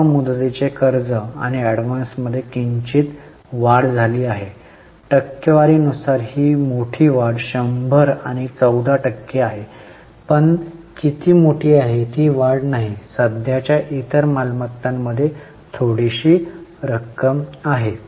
अल्प मुदतीच्या कर्जे आणि एडव्हान्समध्ये किंचित वाढ झाली आहे टक्केवारी नुसार ही मोठी वाढ 100 आणि 14 टक्के आहे पण ती किती मोठी आहे ती वाढ नाही आणि सध्याच्या इतर मालमत्तांमध्येही थोडीशी रक्कम आहे